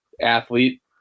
athlete